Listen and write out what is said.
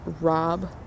Rob